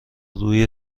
روی